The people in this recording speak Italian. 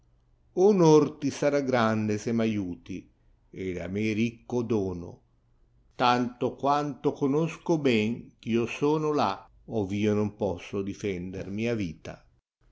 onor ti sarà grande se m aiuti d a me ricco dono tanto quanto conosco ben ch io sono là ov io non posso difander mia tìta